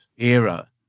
era